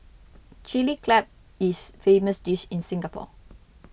Chilli Crab is famous dish in Singapore